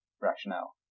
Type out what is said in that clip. rationale